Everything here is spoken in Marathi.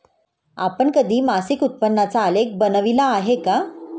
आपण कधी मासिक उत्पन्नाचा आलेख बनविला आहे का?